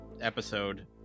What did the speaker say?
episode